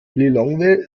lilongwe